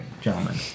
gentlemen